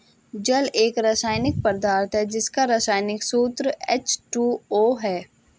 जल एक रसायनिक पदार्थ है जिसका रसायनिक सूत्र एच.टू.ओ है